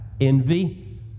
envy